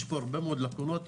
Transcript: יש פה הרבה מאוד לאקונות.